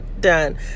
done